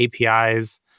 APIs